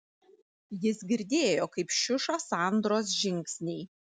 jis girdėjo kaip šiuša sandros žingsniai